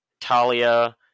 talia